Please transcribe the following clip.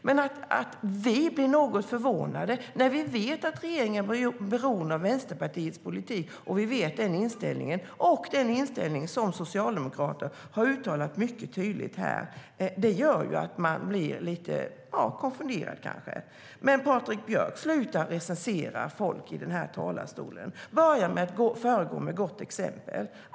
Men vi blir något förvånade när vi vet att regeringen är beroende av Vänsterpartiets politik och känner till deras inställning och den inställning som socialdemokrater har uttalat mycket tydligt här. Det gör att man blir lite konfunderad. Men, Patrik Björck, sluta recensera folk i den här talarstolen! Börja med att föregå med gott exempel.